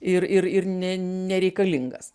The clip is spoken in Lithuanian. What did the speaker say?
ir ir ir ne nereikalingas